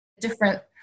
different